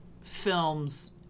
films